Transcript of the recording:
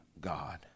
God